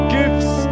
gifts